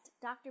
Dr